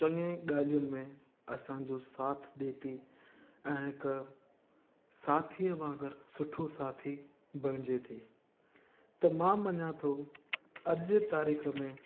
चङिनि ॻाल्हियुनि में असांजो साथ ॾे थी ऐं हिक साथीअ वागुंरु सुठो साथी बणिजे थी त मां मञा थो अॼु जी तारीख़ में